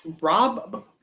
Rob